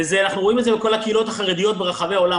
אנחנו רואים את זה בכל הקהילות החרדיות ברחבי העולם.